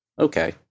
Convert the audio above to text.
okay